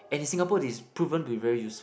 and in Singapore it is proven to be very useful